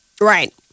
Right